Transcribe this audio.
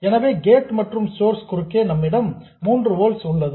எனவே கேட் மற்றும் சோர்ஸ் குறுக்கே நம்மிடம் 3 ஓல்ட்ஸ் உள்ளது